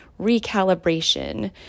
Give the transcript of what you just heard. recalibration